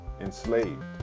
enslaved